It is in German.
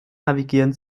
navigieren